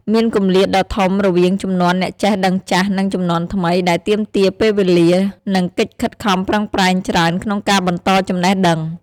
មានគម្លាតដ៏ធំរវាងជំនាន់អ្នកចេះដឹងចាស់ និងជំនាន់ថ្មី ដែលទាមទារពេលវេលា និងកិច្ចខិតខំប្រឹងប្រែងច្រើនក្នុងការបន្តចំណេះដឹង។